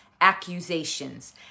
accusations